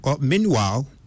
Meanwhile